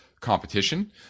competition